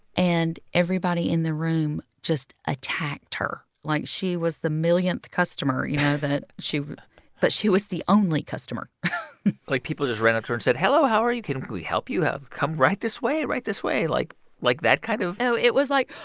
and everybody in the room just attacked her like she was the millionth customer, you know. that she but she was the only customer like, people just ran up to her and said, hello, how are you can we help you? come right this way, right this way like like that kind of. oh, it was like,